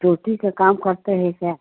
टोंटी के काम करते हैं क्या